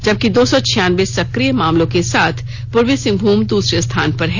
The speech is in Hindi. जबकि दो सौ छियानबे सक्रिय मामलों के साथ पूर्वी सिंहभूम दूसरे स्थान पर है